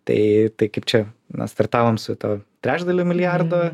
tai tai kaip čia na startavom su tuo trečdaliu milijardo